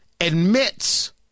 admits